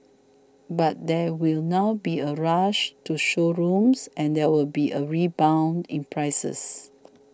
but there will now be a rush to showrooms and there will be a rebound in prices